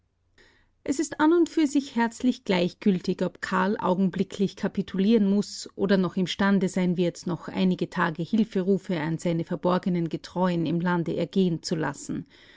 es ist an und für sich herzlich gleichgültig ob karl augenblicklich kapitulieren muß oder noch imstande sein wird noch einige tage hilferufe an seine verborgenen getreuen im lande ergehen zu lassen